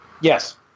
Yes